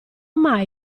mai